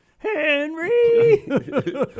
Henry